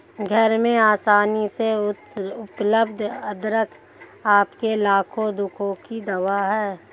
घर में आसानी से उपलब्ध अदरक आपके लाखों दुखों की दवा है